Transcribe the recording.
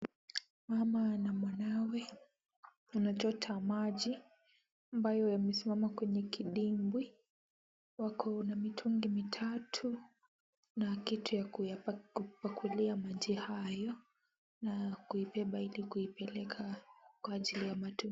Mama na mwanawe. Wanachota maji, ambayo yamesimama kwenye kidimbwi. Wako na mitungi mitatu na kitu ya kuyapakulia maji hayo na kuibeba ili kuipeleka kwa ajili ya matumizi.